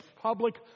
public